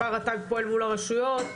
התקופה שבה רט"ג פועלת מול הרשויות,